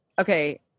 okay